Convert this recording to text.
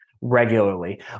regularly